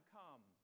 come